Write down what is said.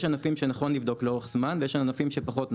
יש ענפים שנכון לבדוק לאורך זמן ויש ענפים שפחות נכון.